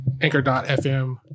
Anchor.fm